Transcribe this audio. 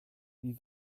wie